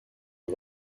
une